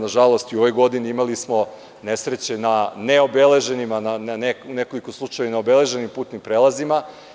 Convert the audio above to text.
Na žalost, i u ovoj godini imali smo nesreće na neobeleženim, a nekoliko slučajeva i na obeleženim putnim prelazima.